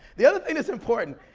the other thing that's important,